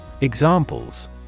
Examples